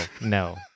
no